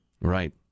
Right